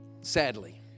Sadly